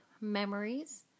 memories